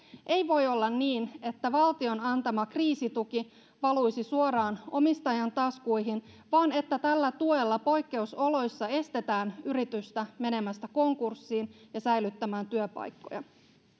ei voi olla niin että valtion antama kriisituki valuisi suoraan omistajan taskuihin vaan että tällä tuella poikkeusoloissa estetään yritystä menemästä konkurssiin ja säilyttämään työpaikkoja